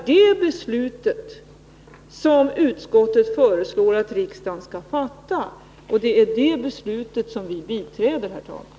Utskottet föreslår nämligen att riksdagen skall besluta i enlighet härmed. Det är det förslaget som vi biträder, herr talman.